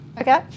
Okay